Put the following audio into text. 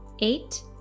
eight